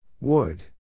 Wood